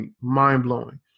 mind-blowing